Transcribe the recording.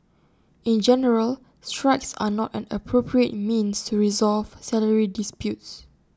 in general strikes are not an appropriate means to resolve salary disputes